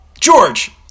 George